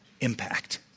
impact